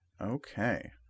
Okay